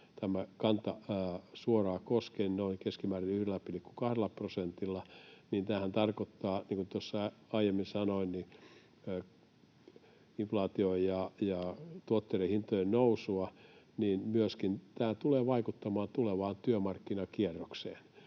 tämä kanta suoraan koskee, keskimäärin 1,2 prosentilla, niin tämähän tarkoittaa — niin kuin tuossa aiemmin sanoin — inflaatiota ja tuotteiden hintojen nousua. Eli myöskin tämä tulee vaikuttamaan tulevaan työmarkkinakierrokseen,